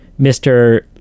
mr